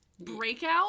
Breakout